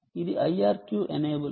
ఇది IRQ enable